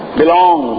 belong